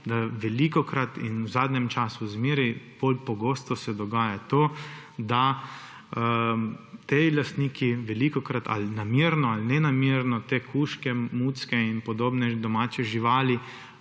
da velikokrat in v zadnjem času zmeraj bolj pogosto se dogaja to, da ti lastniki velikokrat ali namerno ali nenamerno te kužke, mucke in podobne domače živali